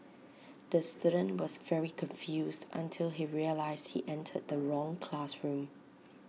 the student was very confused until he realised he entered the wrong classroom